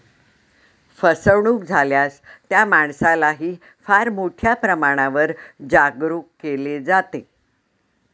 फसवणूक झाल्यास त्या माणसालाही फार मोठ्या प्रमाणावर जागरूक केले जाते